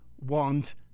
want